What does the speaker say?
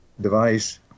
device